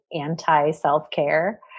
anti-self-care